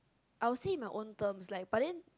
I was say my own term but then